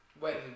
Wait